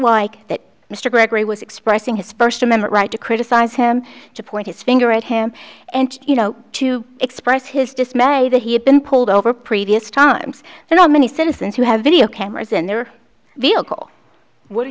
like that mr gregory was expressing his first amendment right to criticize him to point his finger at him and you know to express his dismay that he had been pulled over previous times and how many citizens who have video cameras in their vehicle what do